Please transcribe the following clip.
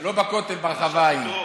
לא בכותל, ברחבה ההיא.